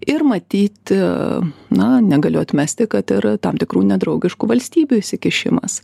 ir matyt na negaliu atmesti kad ir tam tikrų nedraugiškų valstybių įsikišimas